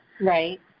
Right